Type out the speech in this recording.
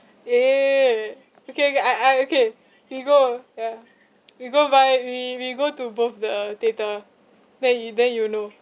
!yay! okay okay I I okay we go ya we go buy we we go to both the theater then you then you know